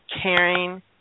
caring